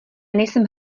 nejsem